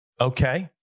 okay